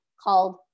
called